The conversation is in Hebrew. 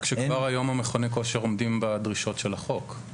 אז איך אתם יודעים שכבר היום מכוני הכושר עומדים בדרישות החוק?